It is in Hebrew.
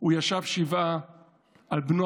הוא ישב שבעה על בנו